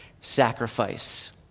sacrifice